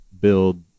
build